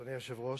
אדוני היושב-ראש,